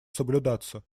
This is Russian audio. соблюдаться